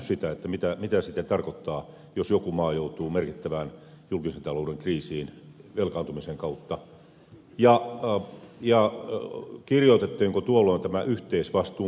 ei nähty sitä mitä sitten tarkoittaa jos joku maa joutuu merkittävään julkisen talouden kriisiin velkaantumisen kautta ja kirjoitettiinko tuolloin tämä yhteisvastuun periaate